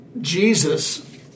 Jesus